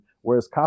Whereas